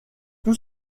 tout